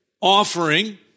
offering